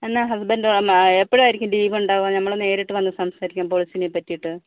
എന്നാൽ ഹസ്ബെന്റ് എപ്പോഴായിരിക്കും ലീവുണ്ടായിരിക്കുക നമ്മള് നേരിട്ട് വന്ന് സംസാരിക്കാൻ പോളിസിനെ പറ്റിയിട്ട്